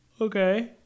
Okay